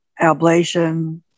ablation